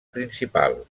principal